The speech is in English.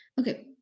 Okay